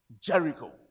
Jericho